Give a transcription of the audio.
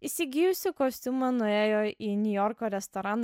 įsigijusi kostiumą nuėjo į niujorko restoraną